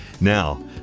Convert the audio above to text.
Now